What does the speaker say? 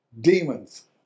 demons